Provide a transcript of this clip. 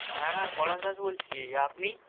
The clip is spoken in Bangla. হ্যাঁ পলাশ দাস বলছি আপনি